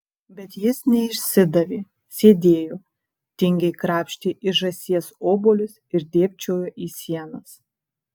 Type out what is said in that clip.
bet jis neišsidavė sėdėjo tingiai krapštė iš žąsies obuolius ir dėbčiojo į sienas